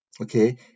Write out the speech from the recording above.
Okay